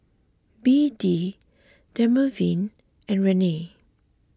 B D Dermaveen and Rene